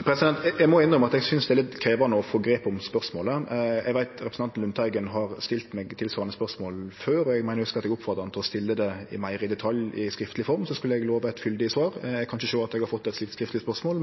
Eg må innrømme at eg synest det er litt krevjande å få grep om spørsmålet. Eg veit at representanten Lundteigen har stilt meg eit tilsvarande spørsmål før, og eg meiner å hugse at eg oppfordra han til å stille det meir i detalj i skriftleg form, og så skulle eg love eit fyldig svar. Eg kan ikkje sjå at eg har fått eit slikt skriftleg spørsmål.